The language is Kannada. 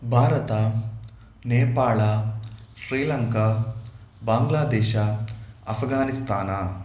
ಭಾರತ ನೇಪಾಳ ಶ್ರೀಲಂಕಾ ಬಾಂಗ್ಲಾದೇಶ ಅಫಘಾನಿಸ್ಥಾನ